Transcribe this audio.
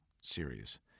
series